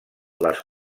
les